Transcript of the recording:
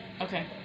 Okay